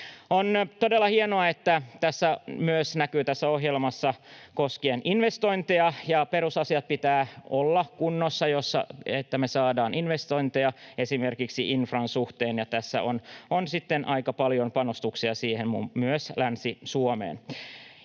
On todella hienoa, että tässä ohjelmassa näkyy myös investointeja. Perusasioiden pitää olla kunnossa, että me saadaan investointeja esimerkiksi infran suhteen. Tässä on sitten aika paljon panostuksia siihen, myös Länsi-Suomeen.